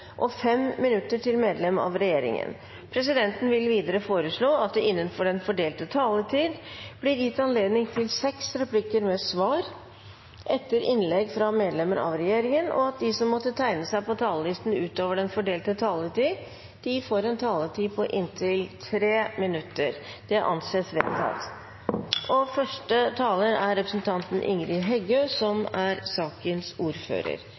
og 5 minutter til medlemmer av regjeringen. Presidenten vil videre foreslå at det – innenfor den fordelte taletid – blir gitt anledning til inntil seks replikker med svar etter innlegg fra medlemmer av regjeringen, og at de som måtte tegne seg på talerlisten utover den fordelte taletid, får en taletid på inntil 3 minutter. – Det anses vedtatt. Som presidenten sa, er